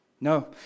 No